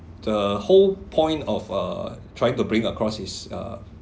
the whole point of uh trying to bring across his uh